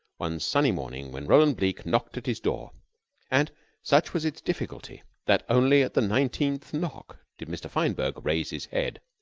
one sunny morning when roland bleke knocked at his door and such was its difficulty that only at the nineteenth knock did mr. fineberg raise his head.